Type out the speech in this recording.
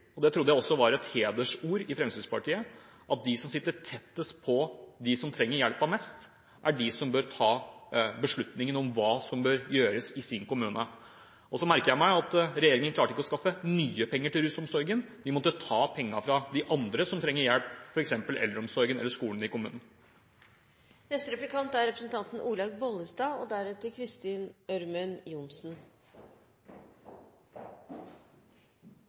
det trodde jeg også var et hedersord i Fremskrittspartiet – at de som sitter tettest på dem som trenger hjelpen mest, er de som bør ta beslutningene om hva som bør gjøres i deres kommune. Så merker jeg meg at regjeringen ikke klarte å skaffe nye penger til rusomsorgen. De måtte ta pengene fra andre som trenger hjelp, f.eks. eldreomsorgen eller skolene i